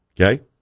Okay